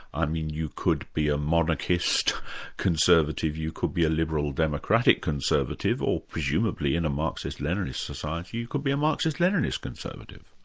i mean, you could be a monarchist conservative, you could be a liberal democratic conservative, or, presumably, in a marxist-leninist society, you could be a marxist-leninist conservative.